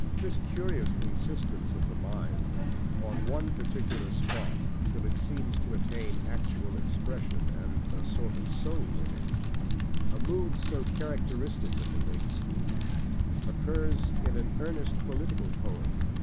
this curious insistence of the mind on one particular spot, till it seems to attain actual expression and a sort of soul in it a mood so characteristic of the lake school occurs in an earnest political poem,